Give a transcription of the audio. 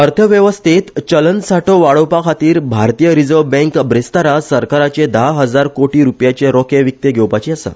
अर्थव्यवस्थेत चलनसाठो वाडोवपाखातीर भारतीय रिजर्व बँक ब्रेस्तारा सरकाराचे धा हजार कोटी रुपयाचे रोखे विकते घेवपाची आसा